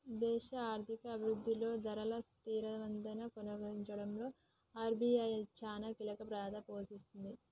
దేశ ఆర్థిక అభిరుద్ధిలో ధరల స్థిరత్వాన్ని కొనసాగించడంలో ఆర్.బి.ఐ చానా కీలకపాత్ర పోషిస్తది